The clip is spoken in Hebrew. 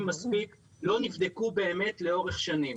מספיק ולא נבדקו באמת לאורך שנים.